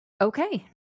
okay